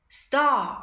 star